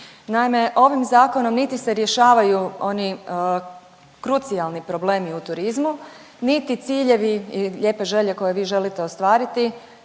Naime, ovim zakonom niti se rješavaju oni krucijalni problemi u turizmu, niti ciljevi i lijepe želje koje vi želite ostvariti,